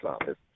office